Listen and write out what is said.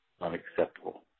Unacceptable